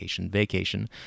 vacation